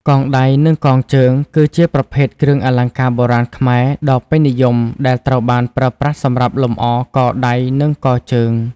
កងដៃ និងកងជើង គឺជាប្រភេទគ្រឿងអលង្ការបុរាណខ្មែរដ៏ពេញនិយមដែលត្រូវបានប្រើប្រាស់សម្រាប់លម្អ កដៃ និងកជើង។